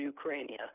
Ukraine